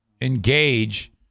engage